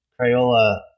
Crayola